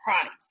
price